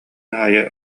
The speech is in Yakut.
аайы